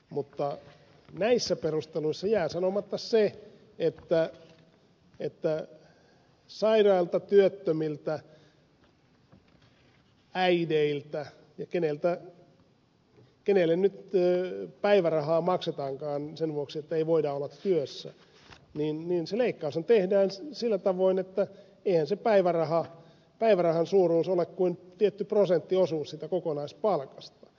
mutta näissä perusteluissa jää sanomatta se että sairailta työttömiltä äideiltä ja kenelle nyt päivärahaa maksetaankaan sen vuoksi ettei voida olla työssä se leikkaus tehdään sillä tavoin että eihän se päivärahan suuruus ole kuin tietty prosenttiosuus siitä kokonaispalkasta